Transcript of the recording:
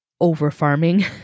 over-farming